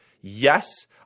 Yes